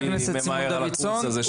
אני לא הייתי ממהר עם הקורס הזה שכתבת.